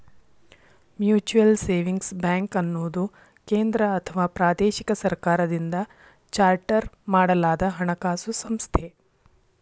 mutual savings ಬ್ಯಾಂಕ್ಅನ್ನುದು ಕೇಂದ್ರ ಅಥವಾ ಪ್ರಾದೇಶಿಕ ಸರ್ಕಾರದಿಂದ ಚಾರ್ಟರ್ ಮಾಡಲಾದಹಣಕಾಸು ಸಂಸ್ಥೆ